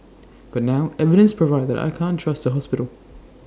but now evidence provide that I can't trust the hospital